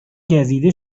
گزیده